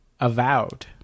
Avowed